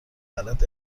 غلط